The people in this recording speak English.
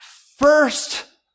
first